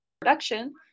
production